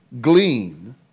glean